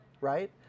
right